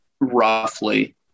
roughly